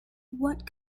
what